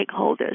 stakeholders